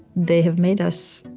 they have made us,